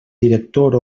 director